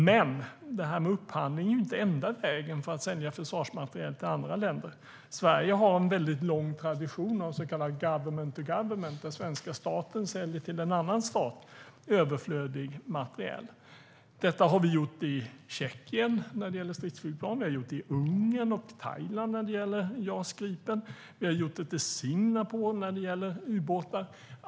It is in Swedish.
Men det här med upphandling är inte enda vägen att sälja försvarsmateriel till andra länder. Sverige har en lång tradition av så kallad government to government, där svenska staten säljer överflödig materiel till en annan stat. Detta har vi gjort i Tjeckien med stridsflygplan, i Ungern och Thailand med JAS Gripen och Singapore med ubåtar.